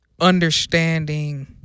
understanding